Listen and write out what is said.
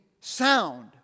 sound